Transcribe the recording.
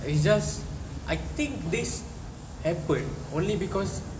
it's just I think this happen only because